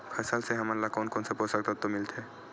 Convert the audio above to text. फसल से हमन ला कोन कोन से पोषक तत्व मिलथे?